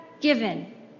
given